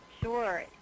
Sure